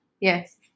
yes